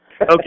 Okay